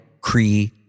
Cree